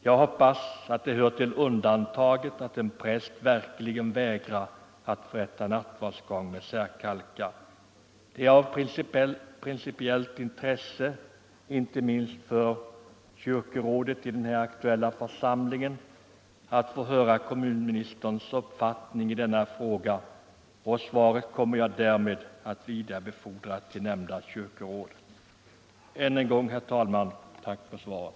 Jag hoppas att det hör till undantagen att en präst vägrar att förrätta nattvardsgång med särkalkar. Det är av principiellt intresse, inte minst för kyrkorådet i den aktuella församlingen, att få höra kommunministerns uppfattning i denna fråga, och jag kommer därför att vidarebefordra svaret till nämnda kyrkoråd. Än en gång tack för svaret.